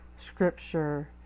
scripture